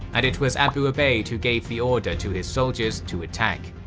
and it was abu ubayd who gave the order to his soldiers to attack.